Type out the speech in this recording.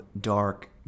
dark